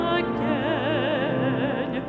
again